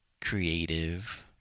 creative